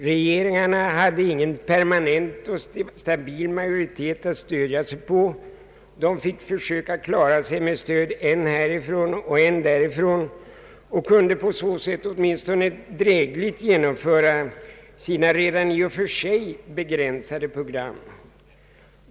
Regeringarna hade ingen permanent och stabil majoritet att stödja sig på. De fick försöka klara sig med stöd än från den ena sidan, än från den andra och kunde på så sätt åtminstone drägligt genomföra sina i och för sig begränsade program.